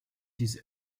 his